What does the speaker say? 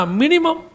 minimum